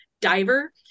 diver